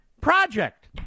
project